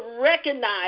recognize